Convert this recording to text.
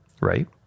right